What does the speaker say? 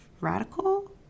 radical